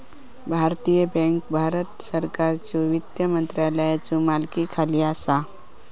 भारतीय बँक भारत सरकारच्यो वित्त मंत्रालयाच्यो मालकीखाली असा